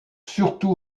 surtout